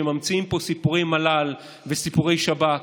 שממציאים פה סיפורי מל"ל וסיפורי שב"כ,